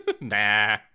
Nah